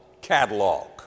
catalog